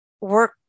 work